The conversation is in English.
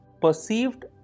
perceived